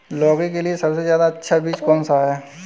लौकी के लिए सबसे अच्छा बीज कौन सा है?